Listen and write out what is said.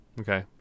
Okay